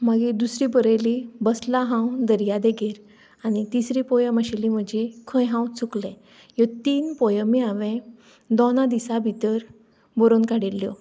मागीर दुसरी बरयली बसलां हांव दर्या देगेर आनी तिसरी पोयम आशिल्ली म्हजी खंय हांव चुकलें ह्यो तीन पोयमी हांवें दोना दिसा भितर बरोवन काडिल्ल्यो